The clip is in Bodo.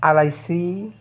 आलाइस्रि